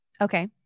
okay